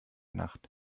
nacht